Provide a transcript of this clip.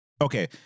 Okay